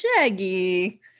shaggy